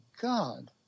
god